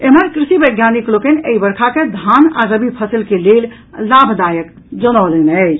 एम्हर कृषि वैज्ञानिक लोकनि एहि वर्षा के धान आ रबी फसलि के लेल लाभदायक जनौलनि अछि